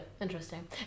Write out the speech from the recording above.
interesting